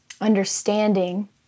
understanding